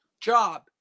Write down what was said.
job